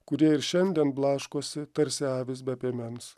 kurie ir šiandien blaškosi tarsi avys be piemens